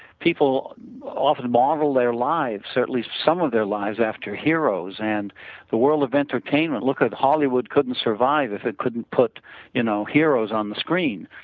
people often model their lives, certainly some of their life after heroes and the world of entertainment look at hollywood couldn't survive if it couldn't put you know heroes on the screen.